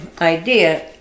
idea